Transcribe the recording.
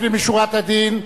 לפנים משורת הדין,